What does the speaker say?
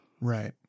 Right